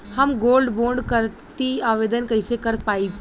हम gold bond करतिं आवेदन कइसे कर पाइब?